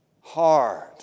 hard